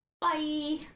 Bye